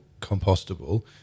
compostable